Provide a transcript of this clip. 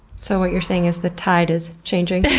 so what you're saying is the tide is changing?